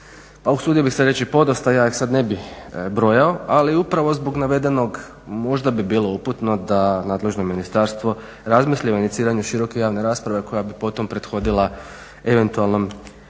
a usudio bih se reći, podosta, ja ih sad ne bih brojao, ali upravo zbog navedenog možda bi bilo uputno da nadležno ministarstvo razmisli o iniciranju široke javne rasprave koja bi potom prethodila eventualno donošenjem